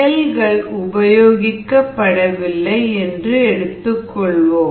செல்கள் உபயோகப்படவில்லை என்று எடுத்துக்கொள்வோம்